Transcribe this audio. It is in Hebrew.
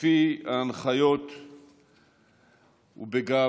לפי ההנחיות ובגאווה,